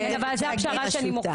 שאת בראשותה.